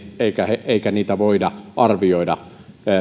eikä niitä voida arvioida